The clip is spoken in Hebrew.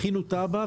הכינו תב"ע,